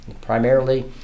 primarily